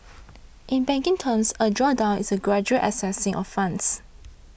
in banking terms a drawdown is a gradual accessing of funds